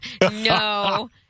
no